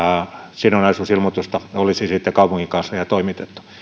sidonnaisuusilmoitusta olisi sitten kaupunginkansliaan toimitettu